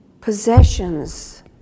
possessions